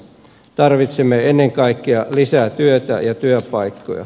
tarvitsemme ennen kaikkea lisää työtä ja työpaikkoja